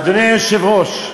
אדוני היושב-ראש,